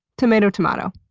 tomato-tomato.